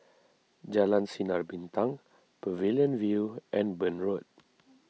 Jalan Sinar Bintang Pavilion View and Burn Road